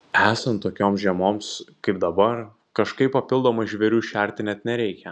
esant tokioms žiemoms kaip dabar kažkaip papildomai žvėrių šerti net nereikia